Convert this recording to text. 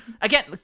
again